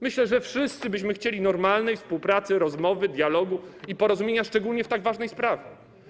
Myślę, że wszyscy byśmy chcieli normalnej współpracy rozmowy, dialogu i porozumienia, szczególnie w tak ważnej sprawie.